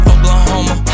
Oklahoma